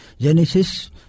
Genesis